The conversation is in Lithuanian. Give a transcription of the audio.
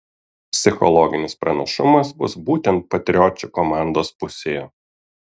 psichologinis pranašumas bus būtent patriočių komandos pusėje